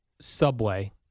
Subway